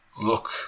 look